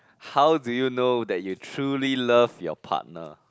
how do you know that you truly love your partner